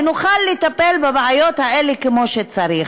ונוכל לטפל בבעיות האלה כמו שצריך.